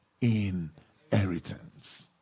inheritance